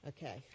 Okay